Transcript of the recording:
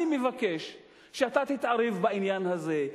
אני מבקש שאתה תתערב בעניין הזה.